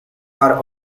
are